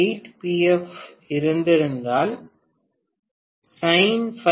8 pf இருந்திருந்தால் sinΦL 0